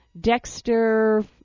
Dexter